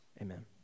amen